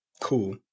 Cool